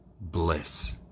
bliss